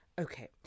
Okay